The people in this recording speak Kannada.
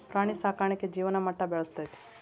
ಪ್ರಾಣಿ ಸಾಕಾಣಿಕೆ ಜೇವನ ಮಟ್ಟಾ ಬೆಳಸ್ತತಿ